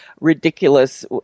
ridiculous